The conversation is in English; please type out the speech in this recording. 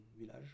village